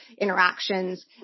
interactions